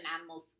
animals